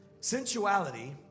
Sensuality